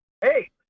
Hey